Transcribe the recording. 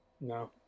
no